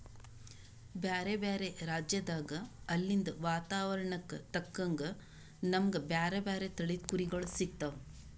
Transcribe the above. ಬ್ಯಾರೆ ಬ್ಯಾರೆ ರಾಜ್ಯದಾಗ್ ಅಲ್ಲಿಂದ್ ವಾತಾವರಣಕ್ಕ್ ತಕ್ಕಂಗ್ ನಮ್ಗ್ ಬ್ಯಾರೆ ಬ್ಯಾರೆ ತಳಿದ್ ಕುರಿಗೊಳ್ ಸಿಗ್ತಾವ್